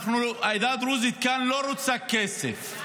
העדה הדרוזית כאן לא רוצה כסף,